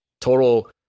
total